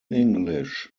english